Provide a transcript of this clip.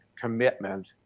commitment